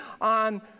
on